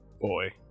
boy